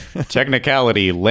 technicality